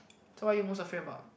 tell what you most afraid about